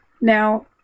now